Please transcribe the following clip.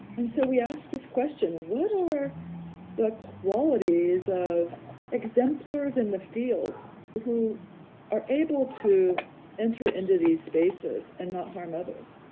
and so we asked this question, what are the qualities of exemplars in the field who are able to enter into these spaces and not harm others?